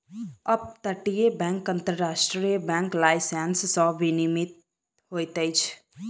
up तटीय bank अन्तर्राष्ट्रीय bank licence सॅ विनियमित होइत अछि